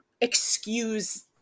excuse